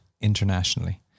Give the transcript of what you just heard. internationally